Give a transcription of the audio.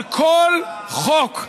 על כל חוק,